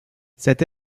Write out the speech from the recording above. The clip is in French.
cette